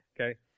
Okay